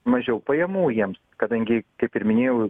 mažiau pajamų jiems kadangi kaip ir minėjau